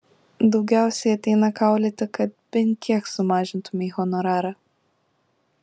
daugiausiai ateina kaulyti kad bent kiek sumažintumei honorarą